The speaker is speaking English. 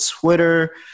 Twitter